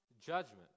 judgment